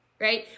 right